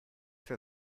für